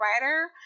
writer